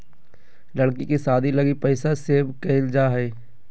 लड़की के शादी लगी पैसा सेव क़इल जा हइ